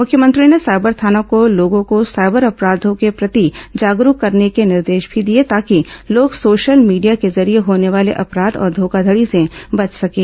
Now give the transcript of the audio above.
मुख्यमंत्री ने साइबर थाना को लोगों को साइबर अपराधों के प्रति जागरूक करने के निर्देश भी दिए ताकि लोग सोशल मीडिया के जरिये होने वाले अपराध और धोखाघड़ी से बच सकें